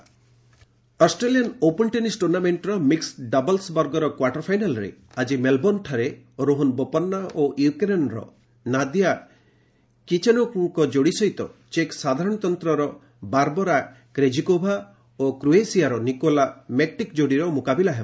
Australian open Australian open tennis ଟୁର୍ଣ୍ଣାମେଣ୍ଟର mixed ଡବଲ୍ସବର୍ଗର quarter ଫାଇନାଲ୍ରେ ଆଜି ମେଲବୋର୍ଣ୍ଣଠାରେ ରୋହୋନ ବୋପନ୍ନା ଓ ୟୁକ୍ରେନ୍ର ନାଦିଆ କିଚେନୋକ୍ଙ୍କ ଯୋଡ଼ି ସହିତ ଚେକ୍ ସାଧାରଣତନ୍ତ୍ରର ବାରବୋରା କ୍ରେଜିକୋଭା ଓ କ୍ରୋଏସିଆର ନିକୋଲା ମେକ୍ଟିକ୍ ଯୋଡ଼ିର ମୁକାବିଲା ହେବ